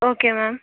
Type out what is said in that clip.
okay ma'am